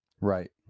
right